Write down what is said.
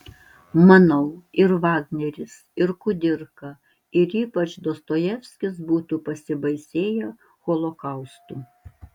manau ir vagneris ir kudirka ir ypač dostojevskis būtų pasibaisėję holokaustu